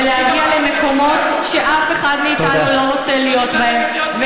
ולהגיע למקומות שאף אחד מאתנו לא רוצה להיות בהם.